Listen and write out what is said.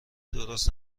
درست